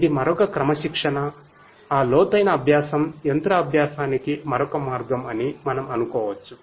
ఇది మరొక క్రమశిక్షణ ఆ లోతైన అభ్యాసం యంత్ర అభ్యాసానికి మరొక మార్గం అని మనం అనుకోవచ్చు